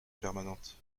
permanente